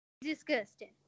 disgusting